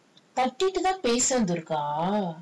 தட்டிட்டு தான் பேசுறது இருக்கா:thattituthaan pesurathu irukkaa